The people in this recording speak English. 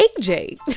AJ